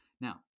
Now